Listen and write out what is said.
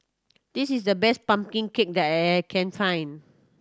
this is the best pumpkin cake that I can find